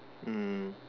mm